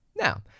Now